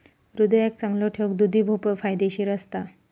हृदयाक चांगलो ठेऊक दुधी भोपळो फायदेशीर असता